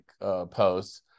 posts